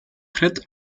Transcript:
tritt